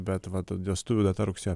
bet vat vestuvių data rugsėjo